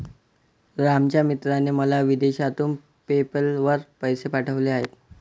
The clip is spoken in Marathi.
रामच्या मित्राने मला विदेशातून पेपैल वर पैसे पाठवले आहेत